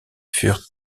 furent